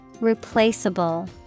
Replaceable